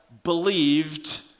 believed